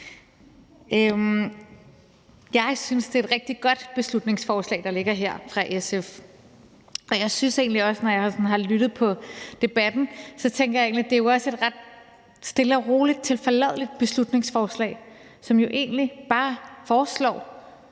Jeg synes, det er et rigtig godt beslutningsforslag, der ligger her fra SF, og når jeg sådan har lyttet til debatten, tænker jeg også, at det er et ret stille og roligt og tilforladeligt beslutningsforslag, som jo egentlig bare foreslår,